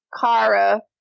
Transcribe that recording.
Kara